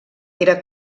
era